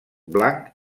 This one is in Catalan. blanc